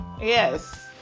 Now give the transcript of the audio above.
Yes